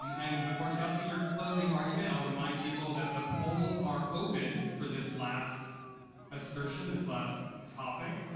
and before, chelsea, your closing argument, i'll remind people that the polls are open for this last assertion, this last topic.